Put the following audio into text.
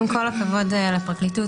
עם כל הכבוד לפרקליטות,